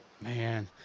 Man